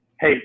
hey